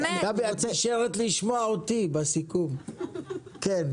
גבי, את נשארת לשמוע אותי בסיכום, כן.